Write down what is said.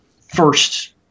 first